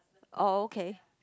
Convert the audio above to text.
oh okay